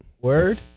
Word